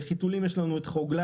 בחיתולים יש לנו את חוגלה,